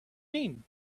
mean